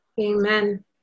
Amen